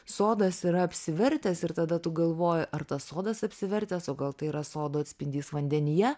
sodas yra apsivertęs ir tada tu galvoji ar tas sodas apsivertęs o gal tai yra sodo atspindys vandenyje